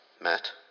Matt